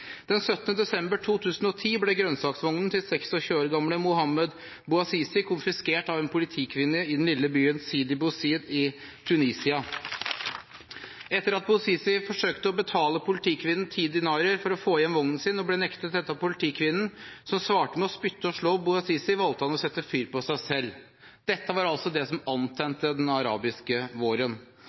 desember 2010 ble grønnsaksvognen til 26 år gamle Mohamed Bouazizi konfiskert av en politikvinne i den lille byen Sidi Bouzid i Tunisia. Etter at Bouazizi forsøkte å betale politikvinnen 10 dinarer for å få igjen vognen sin og ble nektet dette av politikvinnen, som svarte med å spytte på og slå Bouazizi, valgte han å sette fyr på seg selv. Dette var altså det som antente den arabiske våren.